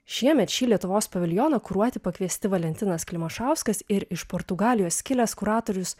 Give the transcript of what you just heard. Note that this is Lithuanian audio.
šiemet šį lietuvos paviljoną kuruoti pakviesti valentinas klimašauskas ir iš portugalijos kilęs kuratorius